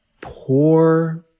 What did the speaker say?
poor